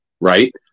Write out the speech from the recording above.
right